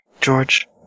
george